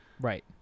Right